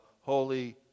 Holy